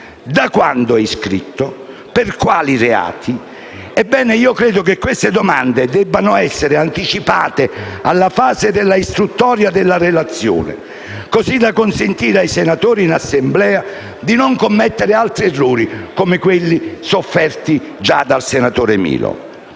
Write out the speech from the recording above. Da quando è iscritto? Per quali reati? Ebbene, queste domande devono essere anticipate alla fase dell'istruttoria della relazione, così da consentire ai senatori in Assemblea di non commettere altri errori, come quelli sofferti già dal senatore Milo.